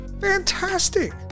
Fantastic